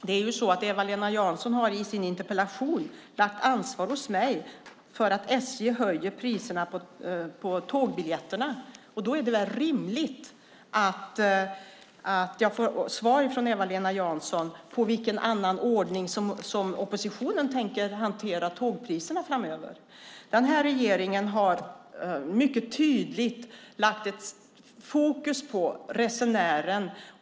Fru talman! Eva-Lena Jansson har i sin interpellation lagt ansvar hos mig för att SJ höjer priserna på tågbiljetterna. Då är det väl rimligt att jag får svar från Eva-Lena Jansson om i vilken annan ordning som oppositionen tänker hantera tågpriserna framöver. Den här regeringen har mycket tydligt lagt fokus på resenären.